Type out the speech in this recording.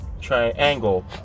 triangle